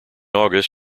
august